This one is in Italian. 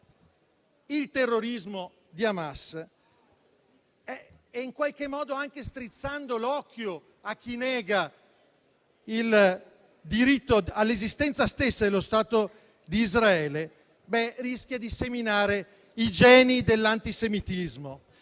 il terrorismo di Hamas, in qualche modo anche strizzando l'occhio a chi nega il diritto all'esistenza stessa dello Stato di Israele, rischia di seminare i geni dell'antisemitismo.